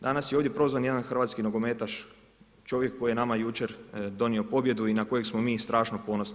Danas je ovdje prozvan jedan hrvatski nogometaš, čovjek koji je nama jučer donio pobjedu i na kojeg smo mi strašno ponosni.